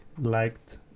liked